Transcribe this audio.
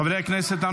חברי הכנסת,